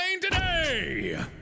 today